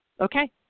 Okay